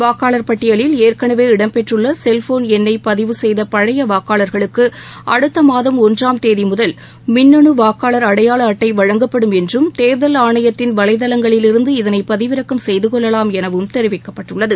வாக்காளர் பட்டியலில் ஏற்கனவே இடம் பெற்றுள்ள செல்போன் எண்ணை பதிவு செய்த பழைய வாக்காளர்களுக்கு அடுத்த மாதம் ஒன்றாம் தேதிமுதல் மின்னனு வாக்காளர் அடையாள அட்டை வழங்கப்படும் என்றும் தேர்தல் ஆணையத்தின் வலைதளங்களிலிருந்து இதனை பதிவிறக்கம் செய்து கொள்ளவாம் எனவும் தெரிவிக்கப்பட்டுள்ளது